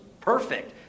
Perfect